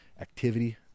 activity